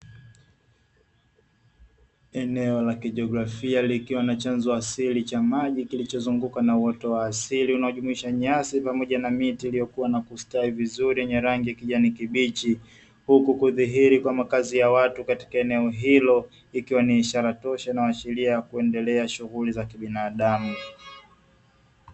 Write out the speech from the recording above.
Eneo la kijiografia likiwa na chanzo asili cha maji kilichozunguka na uoto wa asili unajumuisha nyasi pamoja na miti iliyokuwa na kustawi vizuri yenye rangi kijani kibichi, huku kudhihiri kwa makazi ya watu katika eneo hilo ikiwa ni ishara tosha inayoashiria kuendelea shughuli za kibinadamu.